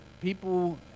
people